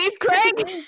Craig